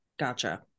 Gotcha